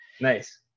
Nice